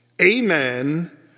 amen